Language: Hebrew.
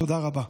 תודה רבה.